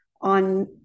on